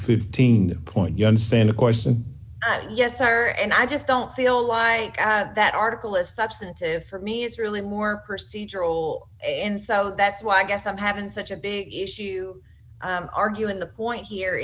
fifteen point you understand of course and yes her and i just don't feel like that article is substantive for me it's really more procedural in so that's why i guess i'm having such a big issue arguing the point here